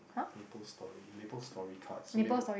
Maplestory Maplestory cards so maple